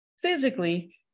physically